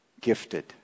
gifted